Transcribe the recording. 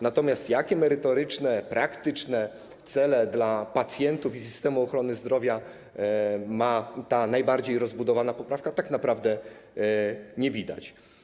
Natomiast jakie merytoryczne, praktyczne cele dla pacjentów i systemu ochrony zdrowia ma ta najbardziej rozbudowana poprawka, tak naprawdę nie wiadomo.